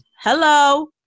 hello